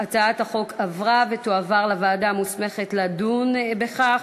הצעת החוק עברה ותועבר לוועדה המוסמכת לדון בכך,